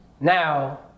Now